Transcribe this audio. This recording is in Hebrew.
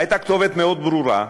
הייתה כתובת מאוד ברורה,